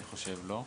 לא?